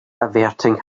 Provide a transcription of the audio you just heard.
averting